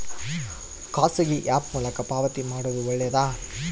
ಖಾಸಗಿ ಆ್ಯಪ್ ಮೂಲಕ ಪಾವತಿ ಮಾಡೋದು ಒಳ್ಳೆದಾ?